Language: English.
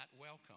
welcome